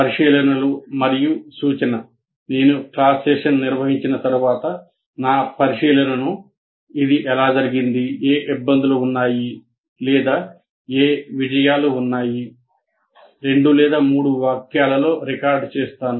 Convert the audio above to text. పరిశీలనలు మరియు సూచన నేను క్లాస్ సెషన్ నిర్వహించిన తరువాత నా పరిశీలనలను 2 లేదా 3 వాక్యాలలో రికార్డ్ చేస్తాను